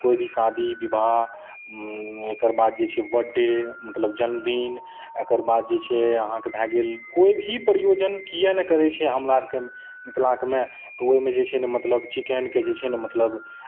कोइ भी शादी विवाह एकर बाद जे छै बर्डे मतलब जन्मदिन एकर बाद जे छै अहाँके भए गेल कोइ भी प्रयोजन किएक ने करै छै हमरा आरके मिथिलाकमे तऽ ओहिमे जे छै ने मतलब चिकेनके जे छै ने मतलब